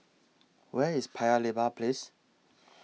Where IS Paya Lebar Place